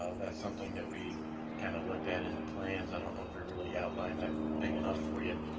ah that's something that we kinda looked at in the plans, i don't know if we really outlined that big enough for ya,